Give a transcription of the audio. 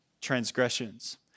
transgressions